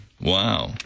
Wow